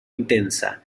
intensa